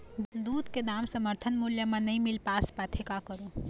दूध के दाम समर्थन मूल्य म नई मील पास पाथे, का करों?